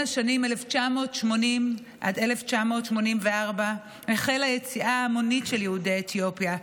בשנים 1980 עד 1984 החלה יציאה המונית של יהודי אתיופיה,